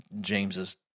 James's